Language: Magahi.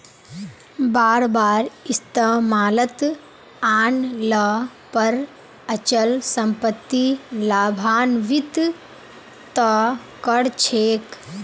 बार बार इस्तमालत आन ल पर अचल सम्पत्ति लाभान्वित त कर छेक